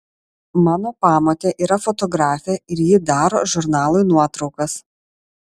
mano pamotė yra fotografė ir ji daro žurnalui nuotraukas